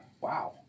Wow